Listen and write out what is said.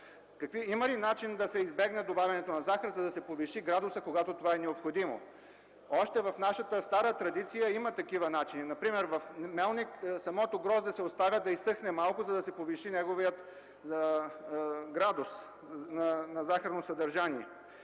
Има ли начин да се избегне добавянето на захар, за да се повиши градусът, когато това е необходимо? Още в нашата стара традиция има такива начини. Например в Мелник самото грозде се оставя да изсъхне малко, за да се повиши неговият градус на захарно съдържание.